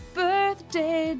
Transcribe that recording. birthday